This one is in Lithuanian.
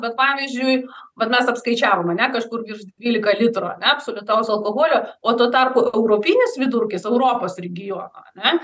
bet pavyzdžiui vadinasi apskaičiavom ane kažkur dvylika litro ane absoliutaus alkoholio o tuo tarpu europinis vidurkis europos regiono ane